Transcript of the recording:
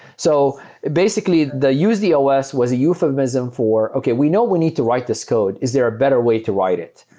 so basically, the use the os was a euphemism for, okay, we know we need to write this code. is there a better way to write it?